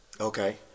Okay